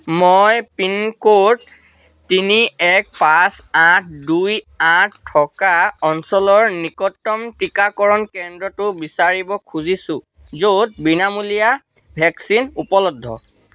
মই pin code তিনি এক পাঁচ আঠ দুই আঠ থকা অঞ্চলৰ নিকটতম টীকাকৰণ কেন্দ্ৰটো বিচাৰিব খুজিছোঁ য'ত বিনামূলীয়া ভেকচিন উপলব্ধ